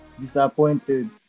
disappointed